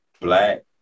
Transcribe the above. black